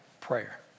Prayer